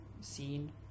scene